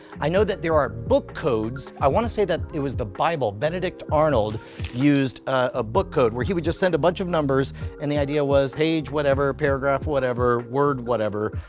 i know that there are book codes. i want to say that it was the bible. benedict arnold used a book code where he would just send a bunch of numbers and the idea was page whatever, paragraph whatever, word whatever,